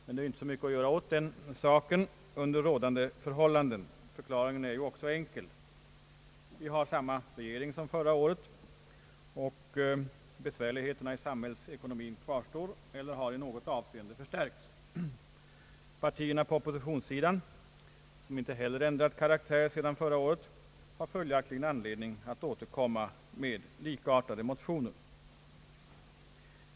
Men det är inte mycket att göra åt den saken under rådande förhållanden. Förklaringen är ju enkel; vi har samma regering som förra året, och besvärligheterna i samhällsekonomin kvarstår eller har i viss mån förstärkts. Partierna på oppositionssidan — som inte heller har ändrat karaktär sedan förra året — har följaktligen anledning att återkomma med likartade motioner.